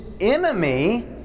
enemy